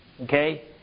Okay